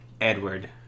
Edward